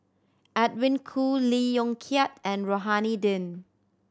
Edwin Koo Lee Yong Kiat and Rohani Din